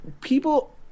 people